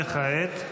וכעת?